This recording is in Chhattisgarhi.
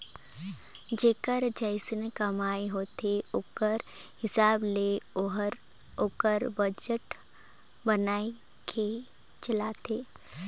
जेकर जइसन कमई होथे ओकरे हिसाब ले ओहर ओकर बजट बनाए के चलथे